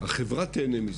החברה תיהנה מזה.